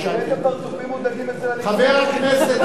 בבקשה, גברתי.